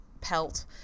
pelt